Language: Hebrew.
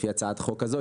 לפי הצעת החוק הזו,